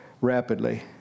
rapidly